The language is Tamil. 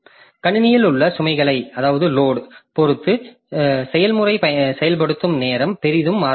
கணினியில் உள்ள சுமைகளைப் பொறுத்து செயல்முறை செயல்படுத்தல் நேரம் பெரிதும் மாறுபடும்